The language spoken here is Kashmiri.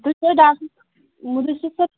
تُہۍ چھُوا ڈاکٹر صٲب مدثر صٲب